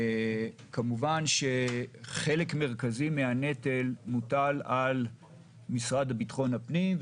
כמובן שחלק מרכזי מהנטל מוטל על המשרד לביטחון הפנים,